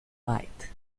white